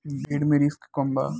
भेड़ मे रिस्क कम बा